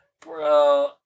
Bro